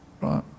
right